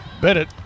Bennett